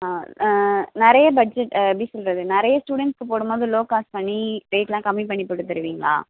ஆ நிறைய பட்ஜட் எப்படி சொல்கிறது நிறைய ஸ்டுடெண்ட்ஸ்க்கு போடும்போது லோ காஸ்ட் பண்ணி ரேட்லாம் கம்மி பண்ணி போட்டுத்தருவிங்களா